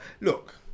Look